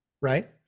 Right